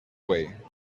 way